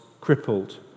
crippled